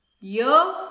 Yo